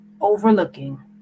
overlooking